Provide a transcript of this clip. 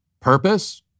purpose